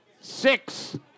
six